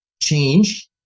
change